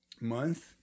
month